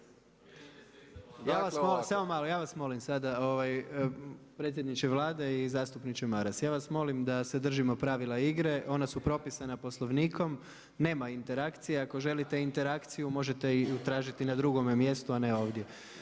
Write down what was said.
Ja vas molim, samo malo, ja vas molim sada, predsjedniče Vlade i zastupniče Maras, ja vas molim da se držimo pravila igre, ona su propisana Poslovnikom, nema interakcija, ako želite interakciju možete ju tražiti na drugome mjestu a ne ovdje.